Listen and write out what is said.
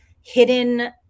hidden